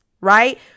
right